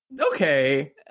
Okay